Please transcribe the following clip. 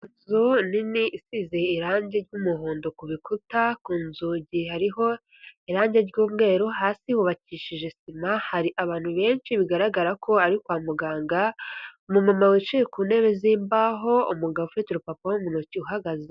Inzu nini isize irangi ry'umuhondo ku bikuta, ku nzugi hariho. Irangi ry'umweru, hasi hubakishije sima, hari abantu benshi bigaragara ko ari kwa muganga, umumama wicaye ku ntebe zimbaho, umugabo ufite urupapuro mu ntoki uhagaze.